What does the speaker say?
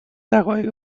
دقایق